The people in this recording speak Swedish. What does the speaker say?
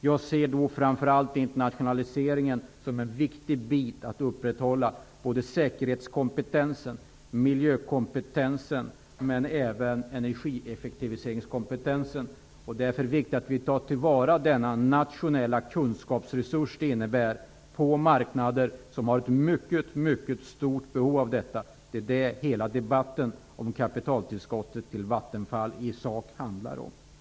Jag ser framför allt internationaliseringen som viktig för att säkerhetskompetensen, miljökompetensen och även energieffektiviseringskompetensen skall upprätthållas. Därför är det viktigt att vi tar till vara denna nationella kunskapsresurs på marknader som har ett mycket stort behov av den. Det är detta som hela debatten om kapitaltillskottet till Vattenfall i sak handlar om. Herr talman!